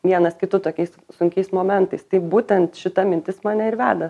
vienas kitu tokiais sunkiais momentais tai būtent šita mintis mane ir veda